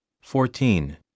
fourteen